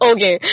Okay